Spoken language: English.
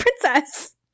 princess